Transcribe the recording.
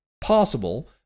possible